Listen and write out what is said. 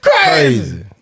crazy